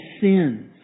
sins